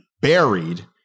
buried